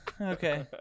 okay